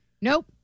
Nope